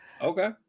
Okay